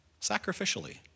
sacrificially